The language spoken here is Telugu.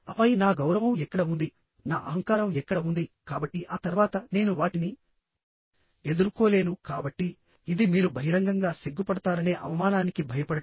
ఆపై నా గౌరవం ఎక్కడ ఉంది నా అహంకారం ఎక్కడ ఉంది కాబట్టి ఆ తర్వాత నేను వాటిని ఎదుర్కోలేను కాబట్టి ఇది మీరు బహిరంగంగా సిగ్గుపడతారనే అవమానానికి భయపడటం